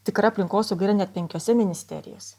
tikra aplinkosauga yra net penkiose ministerijose